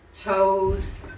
toes